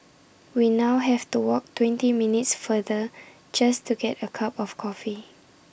we now have to walk twenty minutes further just to get A cup of coffee